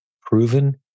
Proven